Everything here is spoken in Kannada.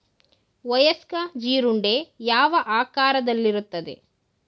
ವಯಸ್ಕ ಜೀರುಂಡೆ ಯಾವ ಆಕಾರದಲ್ಲಿರುತ್ತದೆ?